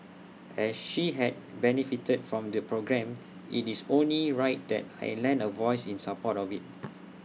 as she had benefited from the programme IT is only right that I lend A voice in support of IT